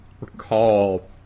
recall